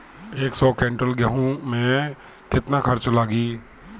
एक सौ कुंटल गेहूं लदवाई में केतना खर्चा लागी?